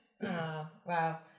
wow